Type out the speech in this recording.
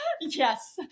Yes